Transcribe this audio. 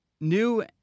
new